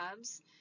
jobs